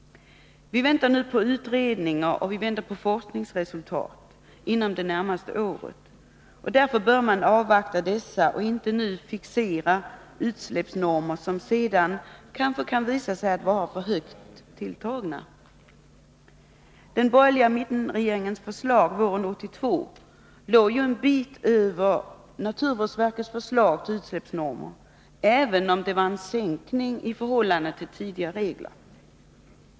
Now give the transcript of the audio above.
Vi väntar på utredningar och forskningsresultat inom det närmaste året, och därför bör man avvakta dessa och inte nu fixera utsläppsnormer som sedan kan visa sig för högt tilltagna. Den borgerliga mittenregeringens förslag våren 1982 låg ju en bit över naturvårdsverkets förslag till utsläppsnormer, även om det innebar en sänkning i förhållande till tidigare regler.